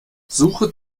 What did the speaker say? suche